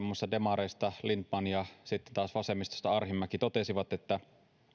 muassa demareista lindtman ja sitten taas vasemmistosta arhinmäki jotka totesivat että